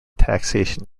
taxation